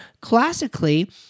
classically